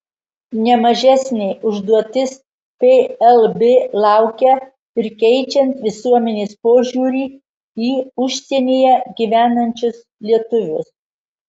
ne mažesnė užduotis plb laukia ir keičiant visuomenės požiūrį į užsienyje gyvenančius lietuvius